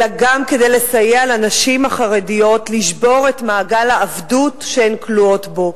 אלא גם כדי לסייע לנשים החרדיות לשבור את מעגל העבדות שהן כלואות בו.